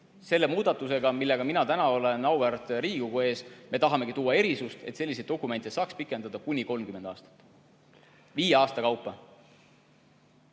Selle muudatusega, millega mina täna olen auväärt Riigikogu ees, me tahamegi luua erisust, et selliste dokumentide tähtaega saaks pikendada kuni 30 aastat viie aasta kaupa.